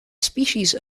species